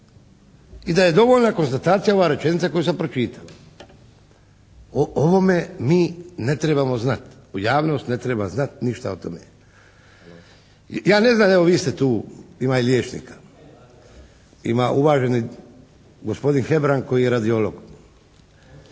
i da je dovoljna konstatacija ova rečenica koju sam pročitao. O ovome mi ne trebamo znati. Javnost ne treba znati ništa o tome. Ja ne znam, evo vi ste tu, ima i liječnika. Ima uvaženi gospodin Hebrang koji je radiolog.